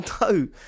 no